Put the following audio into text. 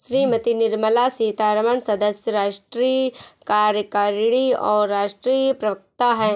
श्रीमती निर्मला सीतारमण सदस्य, राष्ट्रीय कार्यकारिणी और राष्ट्रीय प्रवक्ता हैं